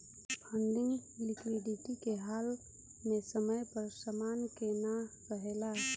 funding liquidity के हाल में समय पर समान के ना रेहला